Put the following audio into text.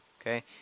Okay